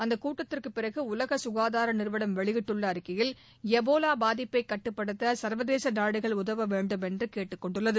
அந்த கூட்டத்திற்கு பிறகு உலக சுகாதார நிறுவனம் வெளியிட்டுள்ள அறிக்கையில் எபோலா பாதிப்பை கட்டுப்படுத்த சர்வதேச நாடுகள் உதவ வேண்டும் என்று கேட்டுக்கொண்டுள்ளது